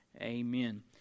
Amen